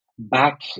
back